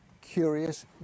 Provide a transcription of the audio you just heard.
curious